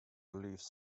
believes